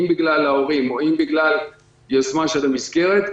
אם בגלל ההורים ואם בגלל יוזמה של המסגרת,